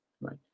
right